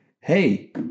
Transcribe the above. hey